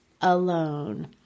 alone